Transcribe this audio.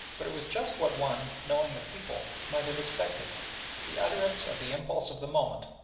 but it was just what one knowing the people might have expected the utterance of the impulse of the moment,